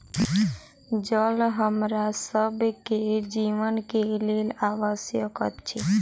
जल हमरा सभ के जीवन के लेल आवश्यक अछि